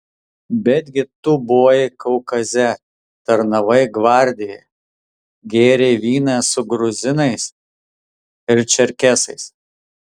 betgi tu buvai kaukaze tarnavai gvardijoje gėrei vyną su gruzinais ir čerkesais